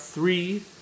three